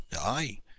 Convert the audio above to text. Aye